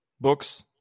books